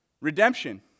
redemption